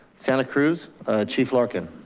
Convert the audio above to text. santa cruz chief larkin.